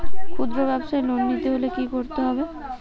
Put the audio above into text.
খুদ্রব্যাবসায় লোন নিতে হলে কি করতে হবে?